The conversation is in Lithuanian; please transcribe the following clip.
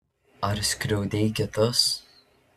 ar skriaudei kitus